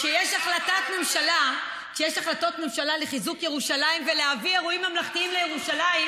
כשיש החלטות ממשלה לחיזוק ירושלים ולהביא אירועים ממלכתיים לירושלים,